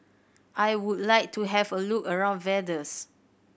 I would like to have a look around Vaduz